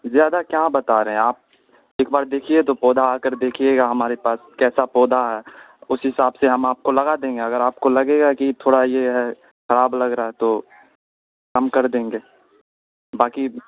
زیادہ کہاں بتا رہے ہیں آپ ایک بار دیکھیے تو پودا اگر دیکھیے گا ہمارے پاس کیسا پودا ہے اس حساب سے ہم آپ کو لگا دیں گے اگر آپ کو لگے گا کہ تھوڑا یہ ہے خراب لگ رہا ہے تو کم کر دیں گے باقی